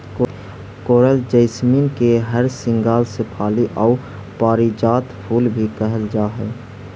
कोरल jasmine के हरसिंगार शेफाली आउ पारिजात फूल भी कहल जा हई